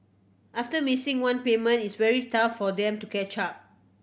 after missing one payment it's very tough for them to catch up